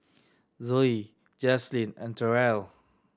Zoe Jaslene and Terell